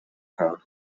crowd